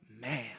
man